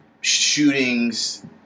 shootings